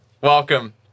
Welcome